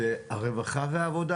זה הרווחה והעבודה?